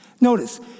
Notice